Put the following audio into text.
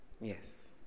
Yes